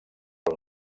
per